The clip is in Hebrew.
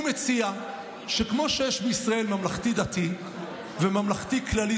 הוא מציע שכמו שיש בישראל ממלכתי-דתי וממלכתי כללי,